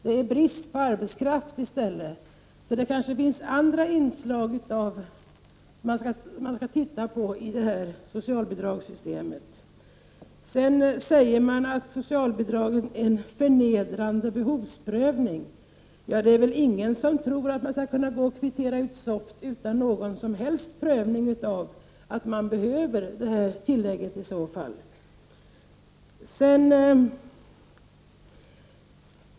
Det är i stället brist på arbetskraft. Det kanske finns andra inslag som man skall studera i socialbidragssystemet. Det sägs att det görs en förnedrande behovsprövning innan man får socialbidrag. Det är väl ingen som tror att man skall kunna gå och kvittera ut SOFT utan någon som helst prövning av om man behöver det?